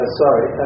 sorry